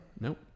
Nope